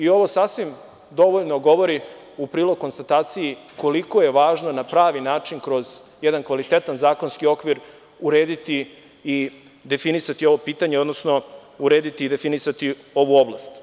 Ovo sasvim dovoljno govori u prilog konstataciji koliko je važno na pravi način kroz jedan kvalitetan zakonski okvir urediti i definisati ovo pitanje, odnosno urediti i definisati ovu oblast.